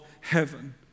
heaven